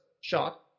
shot